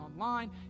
online